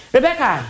Rebecca